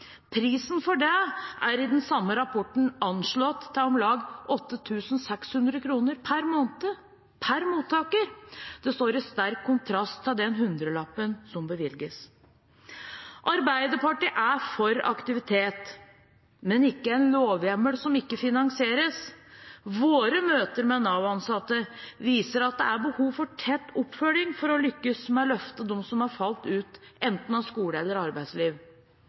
Prisen for det er i den samme rapporten anslått til om lag 8 600 kr per måned per mottaker. Det står i sterk kontrast til den hundrelappen som bevilges. Arbeiderpartiet er for aktivitet, men ikke en lovhjemmel som ikke finansieres. Våre møter med Nav-ansatte viser at det er behov for tett oppfølging for å lykkes med å løfte dem som har falt ut av enten skole eller arbeidsliv,